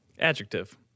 Adjective